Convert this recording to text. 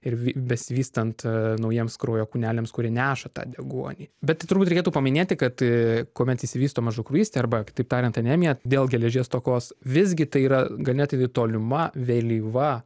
ir besivystant naujiems kraujo kūneliams kurie neša tą deguonį bet turbūt reikėtų paminėti kad kuomet išsivysto mažakraujystė arba kitaip tariant anemija dėl geležies stokos visgi tai yra ganėtinai tolima vėlyva